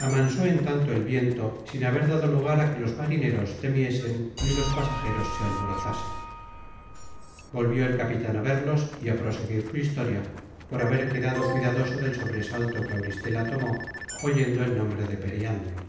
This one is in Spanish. amansó en tanto el viento sin haber dado lugar á que los marineros temiesen ni los pasajeros se alborotasen volvió el capitan á verlos y á proseguir su historia por haber quedado cuidadoso del sobresalto que auristela tomó oyendo el nombre de periandro